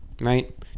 right